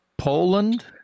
Poland